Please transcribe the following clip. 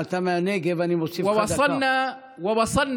ניסינו